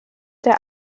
der